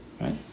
Right